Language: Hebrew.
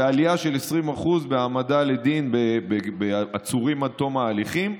ועלייה של 20% בהעמדה לדין של עצורים עד תום ההליכים,